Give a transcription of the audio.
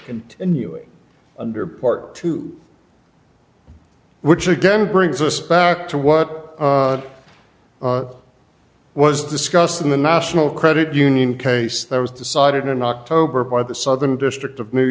continuing under part too which again brings us back to what was discussed in the national credit union case that was decided in october by the southern district of new